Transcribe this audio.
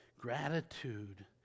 Gratitude